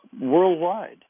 Worldwide